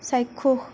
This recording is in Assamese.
চাক্ষুষ